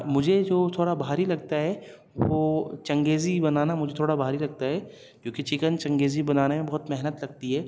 مجھے جو تھوڑا بھاری لگتا ہے وہ چنگیزی بنانا مجھے تھوڑا بھاری لگتا ہے کیونکہ چکن چنگیزی بنانے میں بہت محنت لگتی ہے